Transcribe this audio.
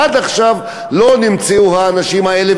עד עכשיו לא נמצאו האנשים האלה,